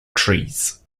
trees